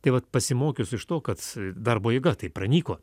tai vat pasimokius iš to kad darbo jėga tai pranyko